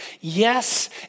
Yes